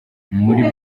muri